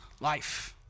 life